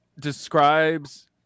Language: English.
describes